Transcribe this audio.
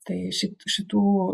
tai šit šitų